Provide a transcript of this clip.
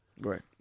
right